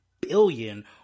billion